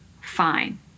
fine